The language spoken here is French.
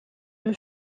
une